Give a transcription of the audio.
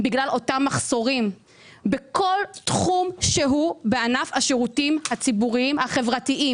בגלל אותם מחסורים בכל תחום שהוא בענף השירותים הציבוריים-החברתיים.